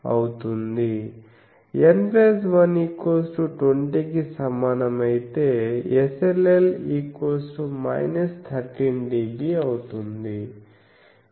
N1 20 కి సమానం అయితేSLL 13dB అవుతుంది